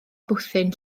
bwthyn